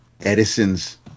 Edison's